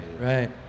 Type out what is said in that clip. right